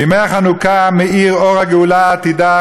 בימי החנוכה מאיר אור הגאולה העתידה,